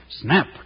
Snap